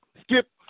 Skip